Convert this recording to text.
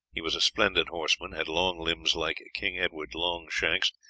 he was a splendid horseman, had long limbs like king edward longshanks,